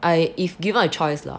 I if given a choice lah